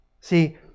See